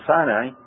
Sinai